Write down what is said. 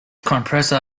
compressor